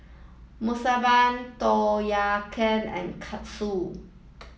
Monsunabe Tom Kha and Katsudon